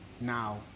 now